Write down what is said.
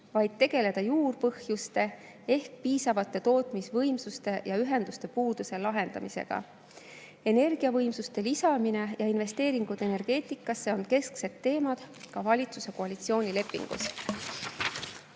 tuleb tegeleda juurpõhjustega ehk piisavate tootmisvõimsuste ja ühenduste puudumise [probleemi] lahendamisega. Energiavõimsuste lisamine ja investeeringud energeetikasse on kesksed teemad ka valitsuse koalitsioonilepingus.